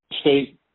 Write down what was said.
state